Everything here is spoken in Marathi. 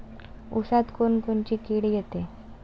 ऊसात कोनकोनची किड येते?